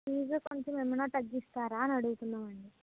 fee కొంచెం ఏమైనా తగ్గిస్తారా అని అడుగుతున్నామండి